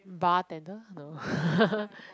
bartender no